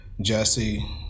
Jesse